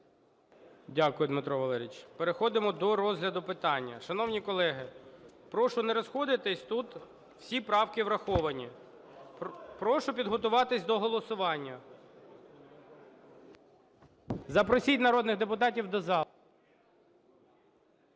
Дякую, Дмитро Валерійович. Переходимо до розгляду питання. Шановні колеги, прошу не розходитись, тут всі правки враховані. Прошу підготуватись до голосування. Запросіть народних депутатів до зали.